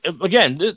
Again